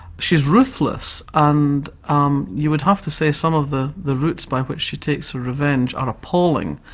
she's ruthless, and you would have to say some of the the routes by which she takes her revenge are appalling,